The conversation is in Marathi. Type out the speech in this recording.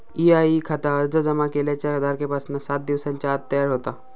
ई.आय.ई खाता अर्ज जमा केल्याच्या तारखेपासना सात दिवसांच्या आत तयार होता